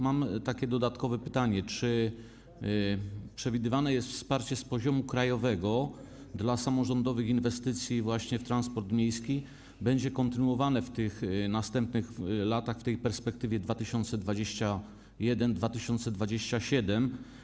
Mam dodatkowe pytanie: Czy przewidywane wsparcie z poziomu krajowego dla samorządowych inwestycji właśnie w transport miejski będzie kontynuowane w następnych latach, w perspektywie 2021-2027?